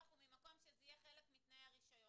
הוא ממקום שזה יהיה חלק מתנאי הרישיון.